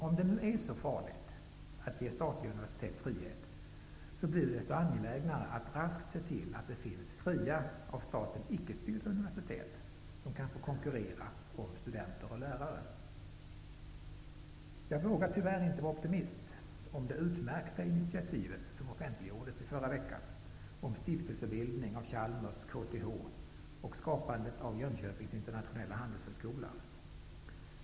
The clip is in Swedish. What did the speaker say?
Om det nu är så farligt att ge statliga universitet frihet, blir det desto angelägnare att raskt se till att det finns fria av staten ickestyrda universitet som kan få konkurrera om studenter och lärare. Jag vågar tyvärr inte vara optimist om det utmärkta initiativet som offentliggjordes i förra veckan om stiftelsebildning av Chalmers tekniska högskola och KTH samt skapandet av Jönköpings internationella handelshögskola.